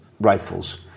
rifles